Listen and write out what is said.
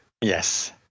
Yes